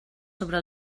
sobre